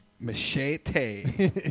Machete